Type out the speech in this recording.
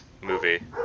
movie